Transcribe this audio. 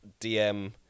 dm